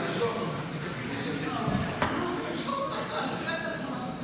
לפני כמה חודשים הצעתי בוועדת הכלכלה לדון בנושא הבנקאות בחברה הערבית.